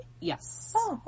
Yes